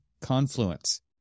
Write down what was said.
confluence